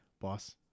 boss